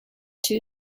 two